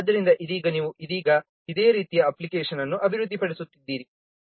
ಆದ್ದರಿಂದ ಇದೀಗ ನೀವು ಇದೀಗ ಇದೇ ರೀತಿಯ ಅಪ್ಲಿಕೇಶನ್ ಅನ್ನು ಅಭಿವೃದ್ಧಿಪಡಿಸುತ್ತಿದ್ದೀರಿ